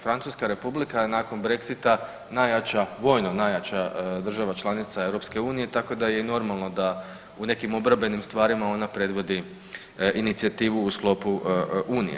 Francuska Republika je nakon Brexita najjača, vojno najjača država članice EU, tako da je i normalno da u nekim obrambenim stvarima ona predvodi inicijativu u sklopu unije.